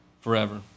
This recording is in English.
forever